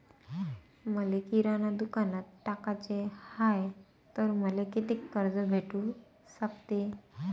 मले किराणा दुकानात टाकाचे हाय तर मले कितीक कर्ज भेटू सकते?